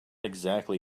exactly